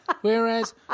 Whereas